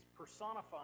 personifying